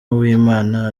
uwimana